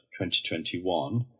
2021